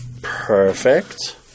Perfect